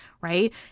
right